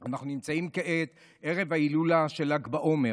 אנחנו נמצאים כעת ערב ההילולה של ל"ג בעומר,